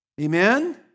Amen